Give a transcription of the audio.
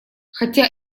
хотя